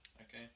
Okay